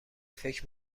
فکر